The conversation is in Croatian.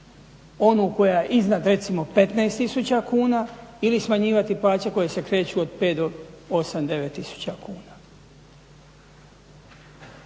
onu koja je iznad recimo 15000 kuna ili smanjivati plaće koje se kreću od 5 do 8, 9000 kuna.